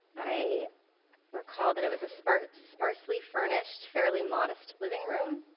i recall that it was a sort of sparsely-furnished, fairly modest living room.